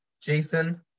Jason